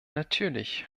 natürlich